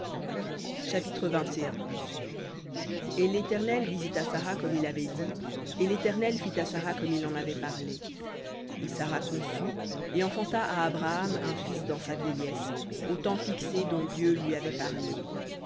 chapitre et l'éternel visita sara comme il avait dit et l'éternel fit à sara comme il en avait parlé et sara conçut et enfanta à abraham un fils dans sa vieillesse au temps fixé dont dieu lui avait parlé